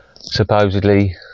supposedly